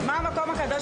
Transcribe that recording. (הצגת